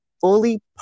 fully